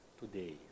today